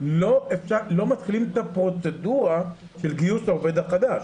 לא מתחילים את הפרוצדורה של גיוס העובד החדש,